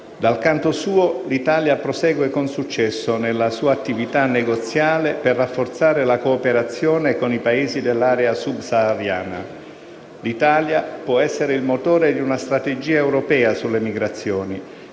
Dal canto suo, l'Italia prosegue con successo nella sua attività negoziale per rafforzare la cooperazione con i Paesi dell'area subsahariana. L'Italia può essere il motore di una strategia europea sulle migrazioni,